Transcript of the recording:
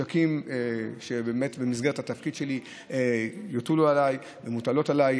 במסגרת התפקיד שלי יוטלו עליי ומוטלים עליי.